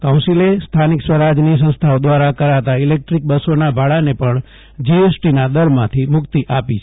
કાઉ ન્સીલે સ્થાનિક સ્વરાજયની સંસ્થાઓ દ્રારા કરાતા ઇલે ક્ટ્રીક બસોના ભાડાને પણ જીએસટી ના દરમાંથી મુક્તિ આપી છે